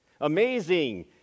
amazing